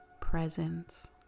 presence